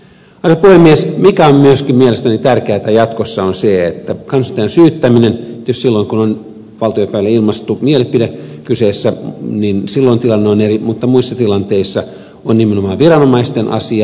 se mikä on myöskin mielestäni tärkeätä jatkossa on se että kansanedustajan syyttäminen tietysti silloin kun on valtiopäivillä ilmaistu mielipide kyseessä niin silloin tilanne on eri mutta muissa tilanteissa on nimenomaan viranomaisten asia